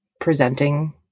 presenting